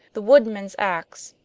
the woodman's ax.